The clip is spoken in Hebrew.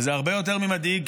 וזה הרבה יותר ממדאיג,